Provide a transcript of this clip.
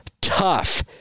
tough